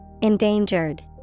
Endangered